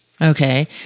Okay